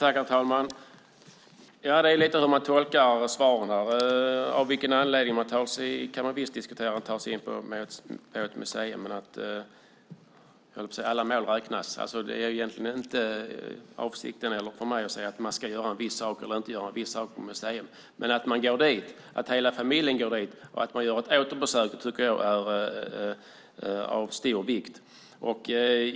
Herr talman! Svaren kan tolkas olika. Det går visst att diskutera av vilken anledning man tar sig in på ett museum. Alla mål räknas. Avsikten för mig är egentligen inte att säga att man ska göra eller inte göra en viss sak på ett museum. Men att man går dit, att hela familjen går dit och att man gör återbesök tycker jag är av stor vikt.